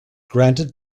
granted